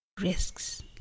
risks